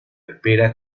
espera